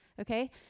okay